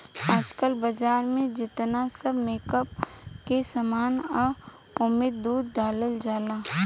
आजकल बाजार में जेतना सब मेकअप के सामान बा ओमे दूध डालल जाला